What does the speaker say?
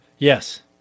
Yes